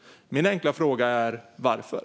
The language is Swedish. Min enkla fråga är: Varför?